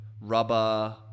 rubber